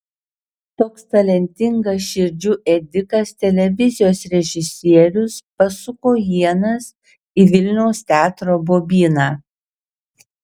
toks talentingas širdžių ėdikas televizijos režisierius pasuko ienas į vilniaus teatro bobyną